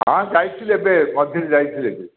ହଁ ଯାଇଥିଲି ଏବେ ମଝିରେ ଯାଇଥିଲି